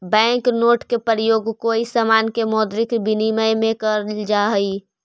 bank note के प्रयोग कोई समान के मौद्रिक विनिमय में कैल जा हई